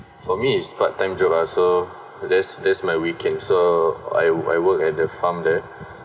for me is part-time job uh so there's there's my weekend so I I work at the farm there